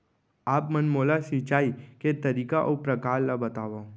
आप मन मोला सिंचाई के तरीका अऊ प्रकार ल बतावव?